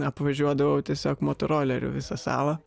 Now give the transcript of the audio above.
atvažiuodavau tiesiog motoroleriu visą salą